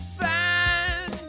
fine